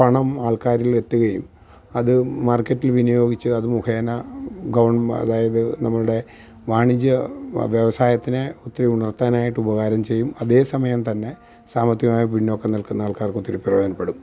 പണം ആൾക്കാരിൽ എത്തുകയും അത് മാര്ക്കറ്റില് വിനിയോഗിച്ച് അത് മുഖേന അതായത് നമ്മളുടെ വാണിജ്യ വ്യവസായത്തിനെ ഒത്തിരി ഉണര്ത്താനായിട്ട് ഉപകാരം ചെയ്യും അതേസമയം തന്നെ സാമ്പത്തികമായി പിന്നോക്കം നില്ക്കുന്ന ആള്ക്കാര്ക്ക് ഒത്തിരി പ്രയോജനപ്പെടും